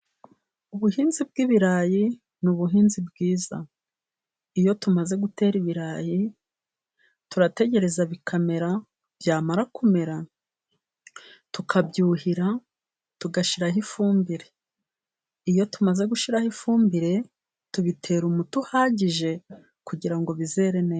Ubuhinzi bw'ibirayi ni ubuhinzi bwiza. Iyo tumaze gutera ibirayi turategereza bikamera, byamara kumera tukabyuhira, tugashyiraho ifumbire. Iyo tumaze gushyiraho ifumbire, tubitera umuti uhagije kugira ngo bizere neza.